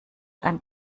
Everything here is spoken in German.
ein